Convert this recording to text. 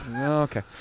Okay